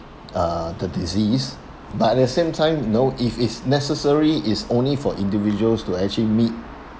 uh the disease but at the same time you know if it's necessary it's only for individuals to actually meet